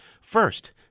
First